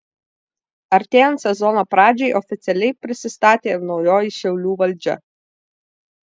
artėjant sezono pradžiai oficialiai prisistatė ir naujoji šiaulių valdžia